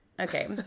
Okay